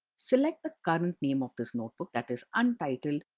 select the current name of this notebook, that is, untitled.